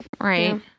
Right